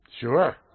Sure